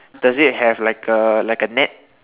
does it have like a like a net